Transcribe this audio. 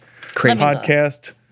podcast